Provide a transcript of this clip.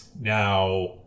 Now